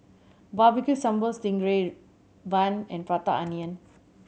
babecue sambal sting ray bun and Prata Onion